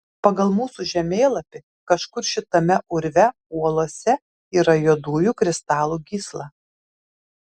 pagal mūsų žemėlapį kažkur šitame urve uolose yra juodųjų kristalų gysla